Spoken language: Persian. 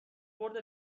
برد